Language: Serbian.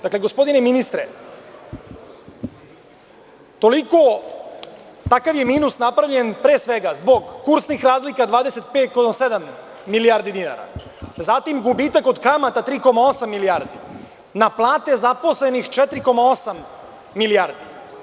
Dakle, gospodine ministre, takav je minus napravljen pre svega zbog kursnih razlika25,7 milijardi dinara, zatim gubitak od kamata 3,8 milijardi, na plate zaposlenih 4,8 milijardi.